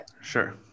sure